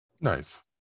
nice